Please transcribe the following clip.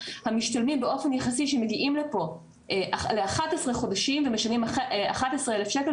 המשתלמים באופן יחסי שמגיעים לפה ל-11 חודשים ומשלמים 11 אלף שקל,